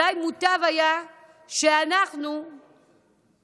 אולי מוטב היה שאנחנו כאן,